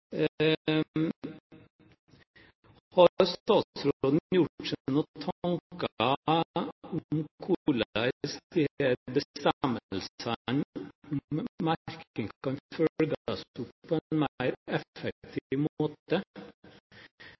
Har statsråden gjort seg noen tanker om hvordan disse bestemmelsene om merking kan følges opp på en mer effektiv måte?